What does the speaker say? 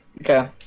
okay